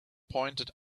pointed